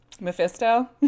Mephisto